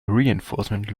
reinforcement